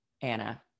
Anna